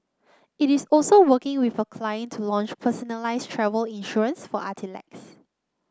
it is also working with a client to launch personalised travel insurance for athletes